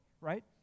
right